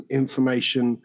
information